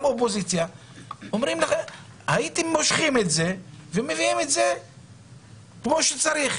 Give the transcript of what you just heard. גם אופוזיציה אומרים לכם למשוך את זה ולהביא את זה כמו שצריך.